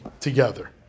together